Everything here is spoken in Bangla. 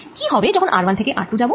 কি হবে যখন r1 থেকে r2যাবো